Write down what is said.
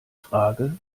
frage